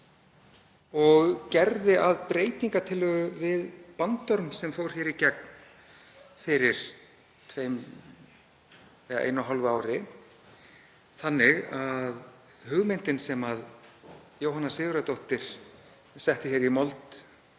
og gerði að breytingartillögu við bandorm sem fór hér í gegn fyrir um einu og hálfu ári þannig að hugmyndin sem Jóhanna Sigurðardóttir setti í mold